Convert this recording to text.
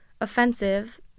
offensive